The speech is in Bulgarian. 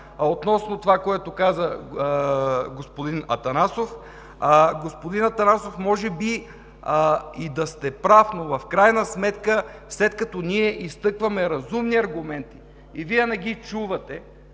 Относно това, което каза господин Атанасов. Господин Атанасов, може би и да сте прав, но в крайна сметка, след като ние изтъкваме разумни аргументи и Вие не ги чувате,